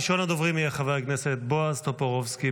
ראשון הדוברים יהיה חבר הכנסת בועז טופורובסקי,